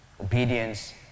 obedience